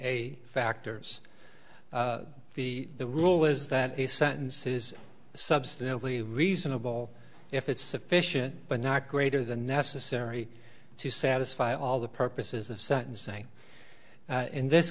a factors the the rule is that a sentence is substantively reasonable if it's sufficient but not greater than necessary to satisfy all the purposes of sentencing in this